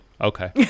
okay